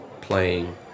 playing